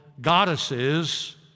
goddesses